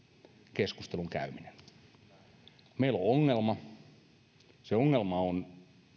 keskustelun käyminen meillä on ongelma se ongelma on